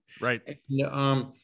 Right